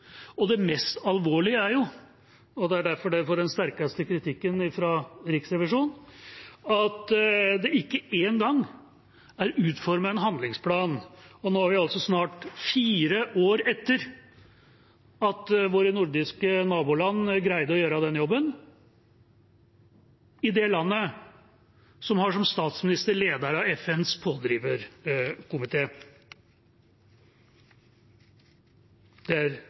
og det mest alvorlige er – og det er derfor det får den sterkeste kritikken fra Riksrevisjonen – at det ikke engang er utformet en handlingsplan, og nå er vi snart fire år etter at våre nordiske naboland greide å gjøre den jobben, i det landet som har en statsminister som leder FNs